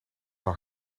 haar